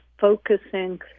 focusing